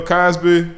Cosby